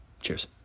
Cheers